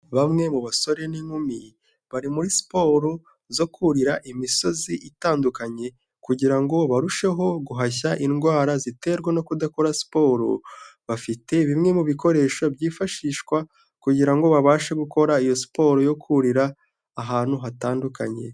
Bamwe mu basore n'inkumi bari muri siporo zo kurira imisozi itandukanye, kugira ngo barusheho guhashya indwara ziterwa no kudakora siporo. Bafite bimwe mu bikoresho byifashishwa kugira ngo babashe gukora iyo siporo yo kurira ahantu hatandukanye.